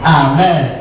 amen